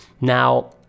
Now